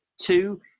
Two